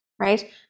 right